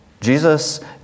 Jesus